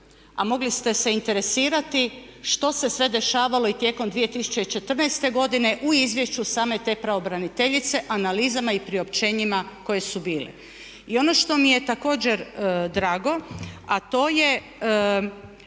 a mogli ste se interesirati što se sve dešavalo i tijekom 2014. godine u izvješću same te pravobraniteljice analizama i priopćenjima koje su bile. I ono što mi je također drago a to je